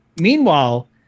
meanwhile